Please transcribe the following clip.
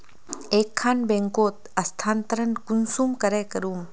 एक खान बैंकोत स्थानंतरण कुंसम करे करूम?